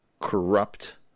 corrupt